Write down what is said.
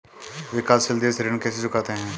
विकाशसील देश ऋण कैसे चुकाते हैं?